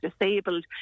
disabled